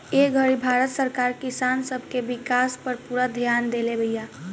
ए घड़ी भारत सरकार किसान सब के विकास पर पूरा ध्यान देले बिया